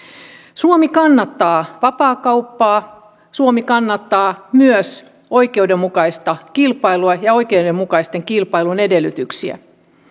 suomi kannattaa vapaakauppaa suomi kannattaa myös oikeudenmukaista kilpailua ja oikeudenmukaisen kilpailun edellytyksiä